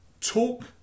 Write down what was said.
Talk